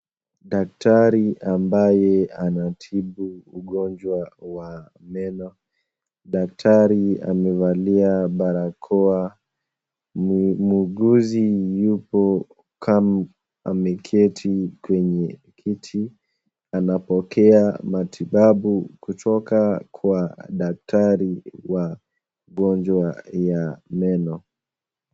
Dakitari ambaye anatibu mgonjwa Wa Meno, daktari amevalia barakoa, na muuguzi yupo kama ameketi kwenye kiti, anapokea matibabu kutoka Kwa daktari wa ugonjwa ya meno.